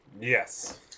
Yes